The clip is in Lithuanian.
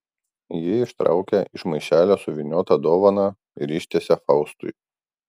ji ištraukia iš maišelio suvyniotą dovaną ir ištiesia faustui